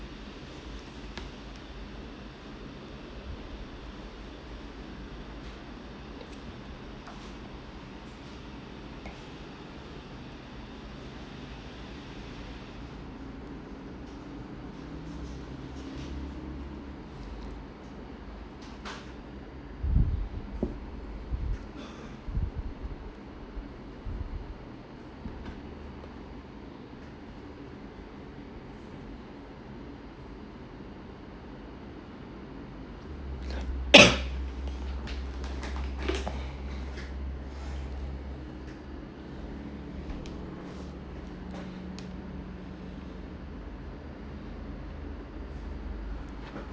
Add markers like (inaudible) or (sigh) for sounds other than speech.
(coughs)